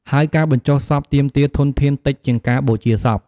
ហើយការបញ្ចុះសពទាមទារធនធានតិចជាងការបូជាសព។